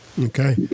Okay